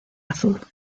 azul